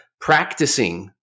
Practicing